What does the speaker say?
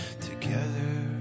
together